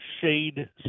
shade